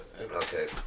Okay